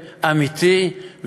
אמיתי,